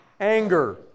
Anger